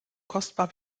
kostbar